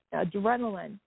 adrenaline